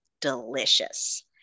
delicious